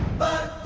but